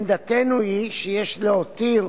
-דין מינהלי אשר ישמש ערכאה